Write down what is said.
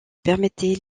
permettaient